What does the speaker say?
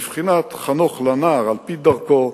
בבחינת חנוך לנער על-פי דרכו,